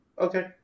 Okay